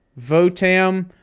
Votam